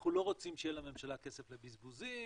אנחנו לא רוצים שיהיה לממשלה כסף לבזבוזים,